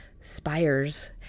spires